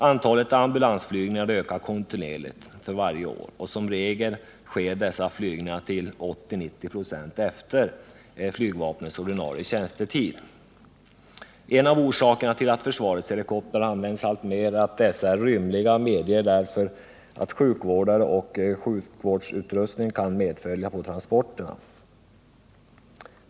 Antalet ambulansflygningar ökar kontinuerligt för varje år, och som regel utförs dessa flygningar till 85-90 96 efter flygvapnets ordinarie tjänstetid. En av orsakerna till att försvarets helikoptrar används alltmer är att dessa är rymliga och därför medger att sjukvårdare och sjukvårdsutrustning kan medfölja transporterna.